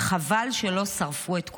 חבל שלא שרפו את כולכם.